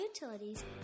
utilities